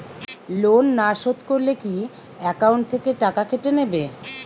Loan না শোধ করলে কি একাউন্ট থেকে টাকা কেটে নেবে?